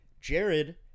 jared